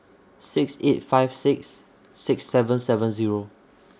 six eight five six six seven seven Zero